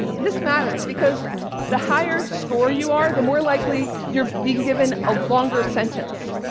this matters, because the higher score you are, the more likely you're being given a longer sentence.